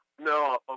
No